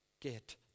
get